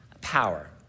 power